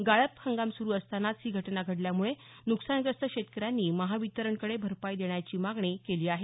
गाळप हंगाम सुरू असतानाच ही घटना घडल्यामुळे नुकसानग्रस्त शेतकऱ्यांनी महावितरणकडे भरपाई देण्याची मागणी केली आहे